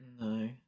no